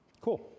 Cool